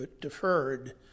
deferred